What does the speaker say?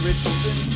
Richardson